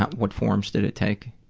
what forms did it take?